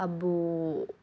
అబ్బో